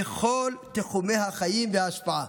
בכל תחומי החיים וההשפעה.